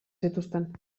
zituzten